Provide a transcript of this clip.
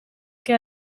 che